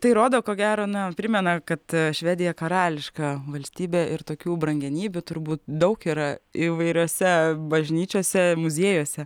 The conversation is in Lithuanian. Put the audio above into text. tai rodo ko gero na primena kad švedija karališka valstybė ir tokių brangenybių turbūt daug yra įvairiose bažnyčiose muziejuose